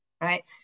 right